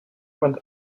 went